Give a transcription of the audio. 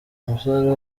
umusore